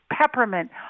peppermint